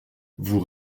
vous